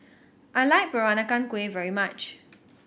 I like Peranakan Kueh very much